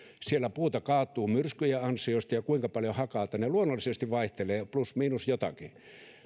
siellä puuta kaatuu myrskyjen ansiosta ja kuinka paljon hakataan ne luonnollisesti vaihtelevat plus miinus jotakin